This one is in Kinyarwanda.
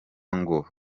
ngo